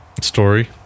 story